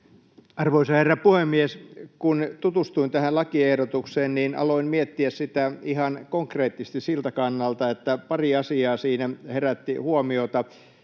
Arvoisa herra puhemies! Kun tutustuin tähän lakiehdotukseen, niin aloin miettiä sitä ihan konkreettisesti siltä kannalta, että pari asiaa siinä herätti huomiota.